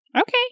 Okay